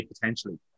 potentially